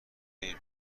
این